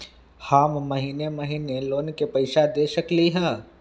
हम महिने महिने लोन के पैसा दे सकली ह?